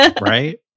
Right